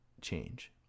change